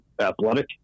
athletic